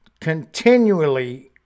continually